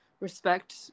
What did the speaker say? respect